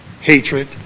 hatred